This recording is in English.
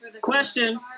Question